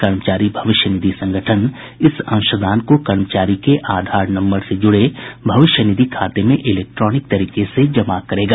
कर्मचारी भविष्य निधि संगठन इस अंशदान को कर्मचारी के आधार नम्बर से जुडे भविष्य निधि खाते में इलेक्ट्रोनिक तरीके से जमा करेगा